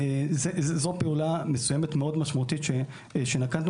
זו פעולה מסוימת משמעותית מאוד שנקטנו